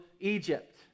Egypt